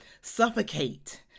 suffocate